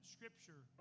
Scripture